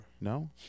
No